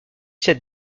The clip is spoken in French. cette